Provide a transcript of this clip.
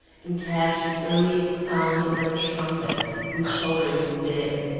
and catch the earliest sounds of that trumpet which shall raise the dead.